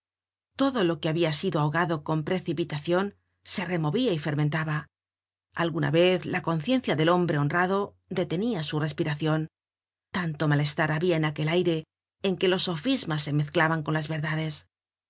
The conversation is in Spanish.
todo lo que habia sido ahogado con precipitacion se removia y fermentaba alguna vez la conciencia del hombre honrado detenia su respiracion tanto malestar habia en aquel aire en que los sofismas se mezclaban con las verdades